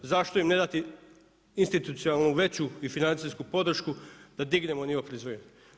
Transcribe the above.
Zašto im ne dati institucionalnu veću i financijsku podršku da dignemo nivo proizvodnje.